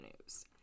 news